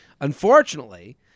Unfortunately